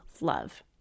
love